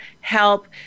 help